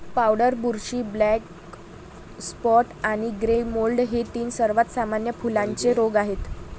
powder बुरशी, black spot आणि grey mould हे तीन सर्वात सामान्य फुलांचे रोग आहेत